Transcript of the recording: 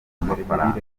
amafaranga